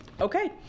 okay